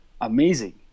Amazing